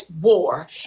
war